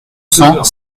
cent